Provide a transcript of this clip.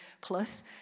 plus